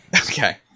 Okay